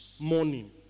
morning